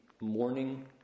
morning